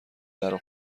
درو